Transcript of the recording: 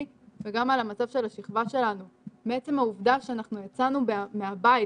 וגם על המצב של השכבה שלנו מעצם העובדה שאנחנו יצאנו מהבית,